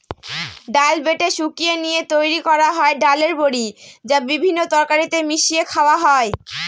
ডাল বেটে শুকিয়ে নিয়ে তৈরি করা হয় ডালের বড়ি, যা বিভিন্ন তরকারিতে মিশিয়ে খাওয়া হয়